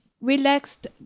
relaxed